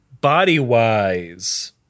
body-wise